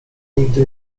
nigdy